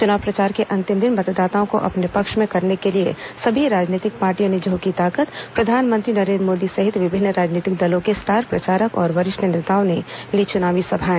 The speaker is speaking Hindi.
चुनाव प्रचार के अंतिम दिन मतदाताओं को अपने पक्ष में करने के लिए सभी राजनीतिक पार्टियों ने झोंकी ताकत प्रधानमंत्री नरेंद्र मोदी सहित विभिन्न राजनीतिक दलों के स्टार प्रचारक और वरिष्ठ नेताओं ने लीं चुनावी सभाएं